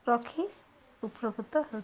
ରଖି ଉପକୃତ ହେଉଛନ୍ତି